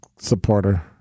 supporter